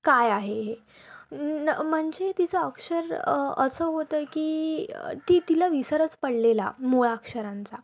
काय आहे हे न म्हणजे तिचं अक्षर असं होतं की की तिला विसरच पडलेला मुळाक्षरांचा